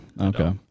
Okay